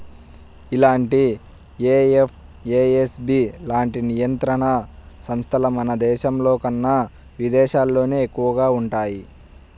ఇలాంటి ఎఫ్ఏఎస్బి లాంటి నియంత్రణ సంస్థలు మన దేశంలోకన్నా విదేశాల్లోనే ఎక్కువగా వుంటయ్యి